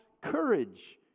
courage